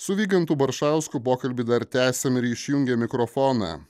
su vygantu baršausku pokalbį dar tęsim ir išjungę mikrofoną